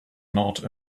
not